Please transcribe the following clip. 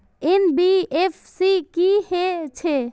NBFC की हे छे?